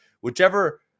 whichever